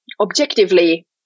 objectively